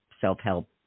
self-help